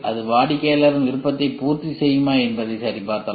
அது வாடிக்கையாளர் விருப்பத்தை பூர்த்தி செய்யுமா என்பதை சரிபார்த்தல்